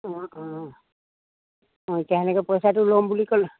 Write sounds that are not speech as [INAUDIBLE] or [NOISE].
অঁ অঁ [UNINTELLIGIBLE] পইচাটো ল'ম বুলি ক'লে